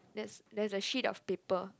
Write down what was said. that's there's a sheet of paper